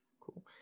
cool